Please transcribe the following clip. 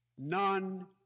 None